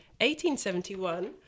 1871